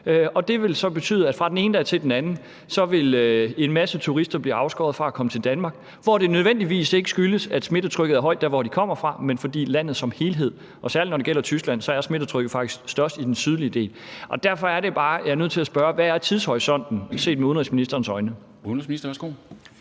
Og det vil så betyde, at en masse turister fra den ene dag til den anden vil blive afskåret fra at komme til Danmark, hvor det ikke nødvendigvis skyldes, at smittetrykket er højt dér, hvor de kommer fra, men at det er det i landet som helhed – og særlig når det gælder Tyskland, er smittetrykket faktisk størst i den sydlige del. Derfor er det bare, jeg nødt til at spørge: Hvad er tidshorisonten set med udenrigsministerens øjne. Kl.